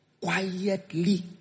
quietly